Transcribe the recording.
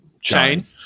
Chain